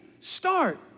start